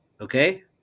okay